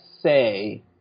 say